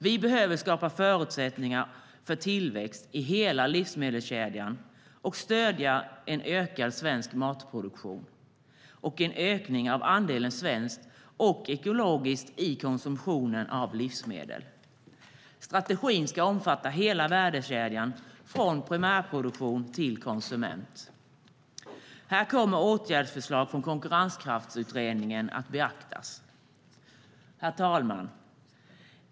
Vi behöver skapa förutsättningar för tillväxt i hela livsmedelskedjan och stödja en ökad svensk matproduktion och en ökning av andelen svenskt och ekologiskt i konsumtionen av livsmedel. Strategin ska omfatta hela värdekedjan, från primärproduktion till konsument. Här kommer åtgärdsförslag från Konkurrenskraftsutredningen att beaktas. Herr talman!